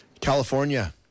california